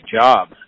job